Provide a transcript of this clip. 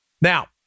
Now